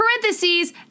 parentheses